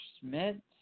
Schmidt